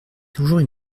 toujours